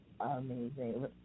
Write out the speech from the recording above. amazing